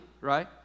right